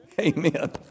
Amen